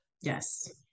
yes